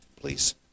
please